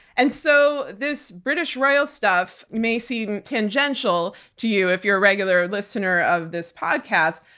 and so this british royal stuff may seem tangential to you if you're a regular listener of this podcast,